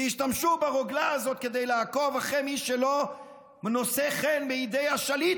כי השתמשו ברוגלה הזאת כדי לעקוב אחרי מי שלא נושא חן בידי השליט,